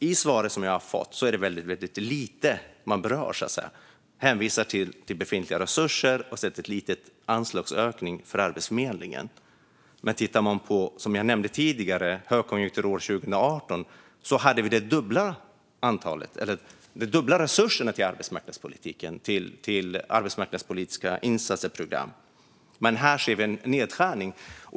I svaret som jag har fått är det väldigt lite som berörs. Man hänvisar till befintliga resurser och gör en liten anslagsökning till Arbetsförmedlingen. Men tittar vi på högkonjunkturåret 2018 hade vi de dubbla resurserna till arbetsmarknadspolitiska insatser och program, som jag nämnde tidigare. Här ser vi nu en nedskärning.